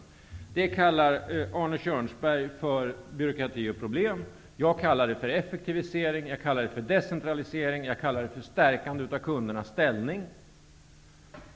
Arne Kjörnsberg kallar detta byråkrati och problem. Jag kallar det effektivisering. Jag kallar det decentralisering. Jag kallar det stärkande av kundernas ställning.